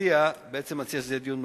המציע בעצם מציע שזה יהיה דיון במליאה,